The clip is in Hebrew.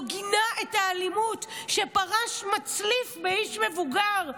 גינה את האלימות כשפרש מצליף באיש מבוגר.